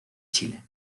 chile